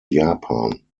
japan